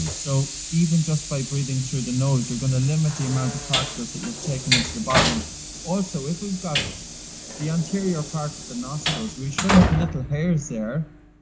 and so even just by breathing through the nose you're gonna limit the amount of particles that you're taking into the body and also, if we've got the anterior part of the nostrils, we should have little hairs there,